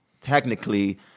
technically